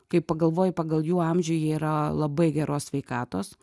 kai pagalvoji pagal jų amžių jie yra labai geros sveikatos